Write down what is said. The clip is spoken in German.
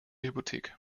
hypothek